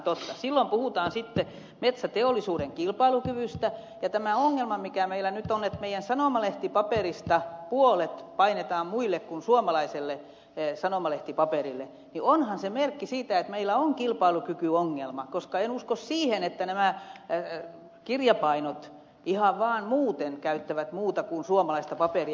silloin puhutaan metsäteollisuuden kilpailukyvystä ja tämä ongelma mikä meillä nyt on että meidän sanomalehtipaperistamme puolet painetaan muulle kuin suomalaiselle sanomalehtipaperille onhan se merkki siitä että meillä on kilpailukykyongelma koska en usko siihen että nämä kirjapainot ihan vaan muuten käyttävät muuta kuin suomalaista paperia